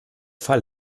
fall